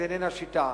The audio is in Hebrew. זו איננה שיטה.